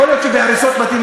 יכול להיות שבהריסת בתים,